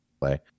play